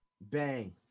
Bang